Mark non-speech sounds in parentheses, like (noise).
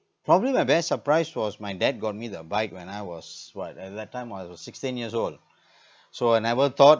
probably my best surprise was my dad got me the bike when I was what at that time I was sixteen years old (breath) so I never thought